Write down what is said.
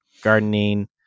gardening